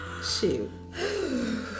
Shoot